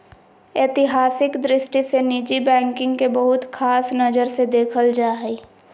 ऐतिहासिक दृष्टि से निजी बैंकिंग के बहुत ख़ास नजर से देखल जा हइ